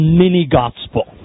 mini-gospel